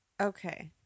Okay